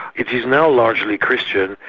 it is now largely christian.